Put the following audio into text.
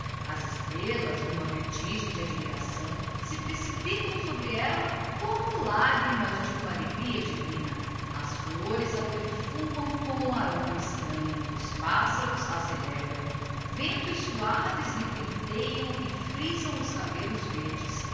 as estrellas n uma vertigem de admiração se precipitam sobre ella como lagrimas de uma alegria divina as flores a perfumam com aroma cxtranho os pássaros a celebram ventos suaves lhe penteam e frisam os cabellos verdes